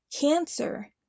cancer